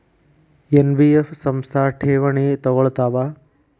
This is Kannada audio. ಎನ್.ಬಿ.ಎಫ್ ಸಂಸ್ಥಾ ಠೇವಣಿ ತಗೋಳ್ತಾವಾ?